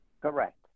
Correct